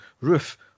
Roof